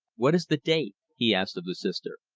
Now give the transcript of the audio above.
what is the date? he asked of the sister.